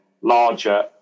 larger